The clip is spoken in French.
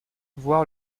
voir